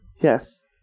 Yes